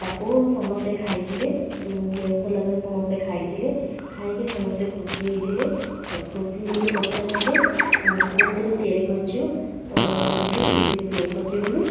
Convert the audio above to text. ତାକୁ ସମସ୍ତେ ଖାଇଥିଲେ ତିଆରି ସରିଲା ପରେ ସମସ୍ତେ ଖାଇଥିଲେ ଖାଇକି ସମସ୍ତେ ଖୁସି ହେଇଥିଲେ ଖୁସି ହେଇକି ପଚାରି ଥିଲେ କେଉଁଥିରେ ତିଆରି କରିଛୁ ତ ମୁଁ କହିଥିଲି ସୁଜିରେ ତିଆରି କରିଛି ବୋଲି